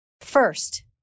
First